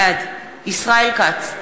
בעד ישראל כץ,